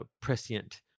prescient